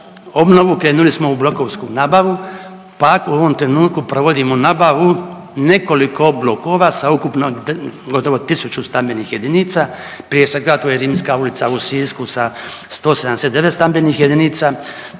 obnovu krenuli smo u blokovsku nabavu pa u ovom trenutku provodimo nabavu nekoliko blokova sa ukupno gotovo tisuću stambenih jedinica. Prije svega to je Rimska ulica u Sisku sa 179 stambenih jedinica,